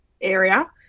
area